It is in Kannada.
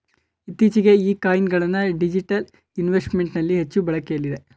ಇತ್ತೀಚೆಗೆ ಈ ಕಾಯಿನ್ ಗಳನ್ನ ಡಿಜಿಟಲ್ ಇನ್ವೆಸ್ಟ್ಮೆಂಟ್ ನಲ್ಲಿ ಹೆಚ್ಚು ಬಳಕೆಯಲ್ಲಿದೆ